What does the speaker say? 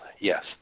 Yes